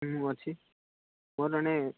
ମୁଁ ଅଛି ମୋ ଜଣେ